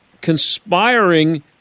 conspiring